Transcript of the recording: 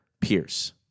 Pierce